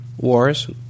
wars